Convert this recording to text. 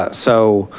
ah so